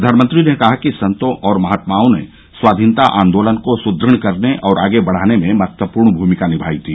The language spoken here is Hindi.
प्रधानमंत्री ने कहा कि संतों और महात्माओं ने स्वाधीनता आंदोलन को सुदृढ़ करने और आगे बढ़ाने में महत्वपूर्ण भूमिका निभाई थी